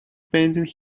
pending